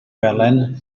felen